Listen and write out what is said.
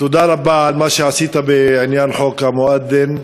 תודה רבה על מה שעשית בעניין חוק המואד'ין.